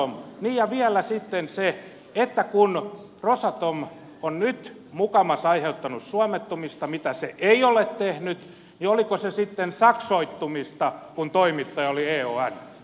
niin ja vielä sitten se että kun rosatom on nyt mukamas aiheuttanut suomettumista mitä se ei ole tehnyt niin oliko se sitten saksoittumista kun toimittaja oli e